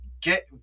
get